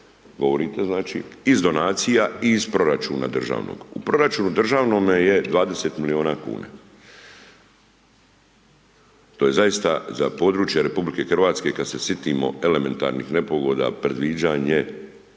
govorite znači, iz donacija i iz proračuna državnog. U proračunu državnome je 20 milijuna kn. To je zaista za područje RH, kada se sitimo elementarnih nepogoda, predviđanje